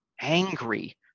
angry